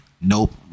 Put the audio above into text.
nope